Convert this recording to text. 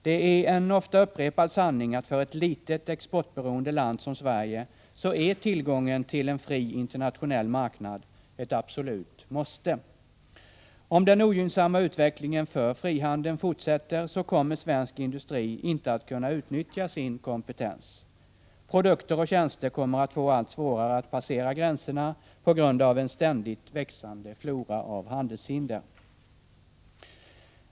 Det är en ofta upprepad sanning att tillgången till en fri internationell marknad är ett absolut måste för ett litet, exportberoende land som Sverige. Om den här ogynnsamma utvecklingen för frihandeln fortsätter kommer svensk industri inte att kunna utnyttja sin kompetens. Produkter och tjänster kommer att få allt svårare att passera gränserna på grund av en ständigt växande flora av handelshinder.